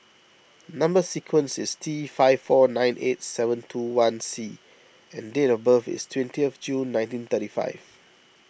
Number Sequence is T five four nine eight seven two one C and date of birth is twentieth June nineteen thirty five